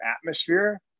atmosphere